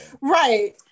Right